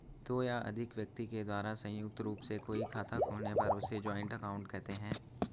दो या अधिक व्यक्ति के द्वारा संयुक्त रूप से कोई खाता खोलने पर उसे जॉइंट अकाउंट कहते हैं